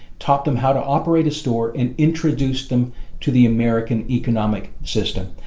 taught them how to operate a store and introduced them to the american economic system.